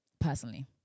Personally